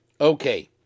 Okay